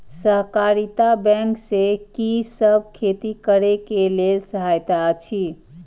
सहकारिता बैंक से कि सब खेती करे के लेल सहायता अछि?